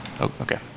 Okay